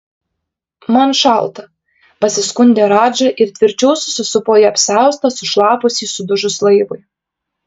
man šalta pasiskundė radža ir tvirčiau susisupo į apsiaustą sušlapusį sudužus laivui